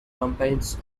campaigns